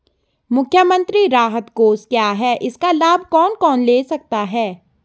मुख्यमंत्री राहत कोष क्या है इसका लाभ कौन कौन ले सकता है?